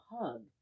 hug